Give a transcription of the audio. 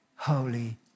Holy